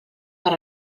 per